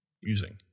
using